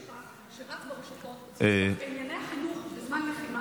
כל הכבוד על הדיבור שלך שרץ ברשתות בענייני החינוך בזמן לחימה,